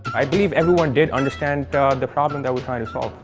i believe everyone did understand the problem that we're trying to solve.